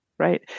right